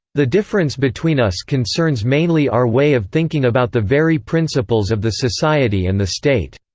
the difference between us concerns mainly our way of thinking about the very principles of the society and the state.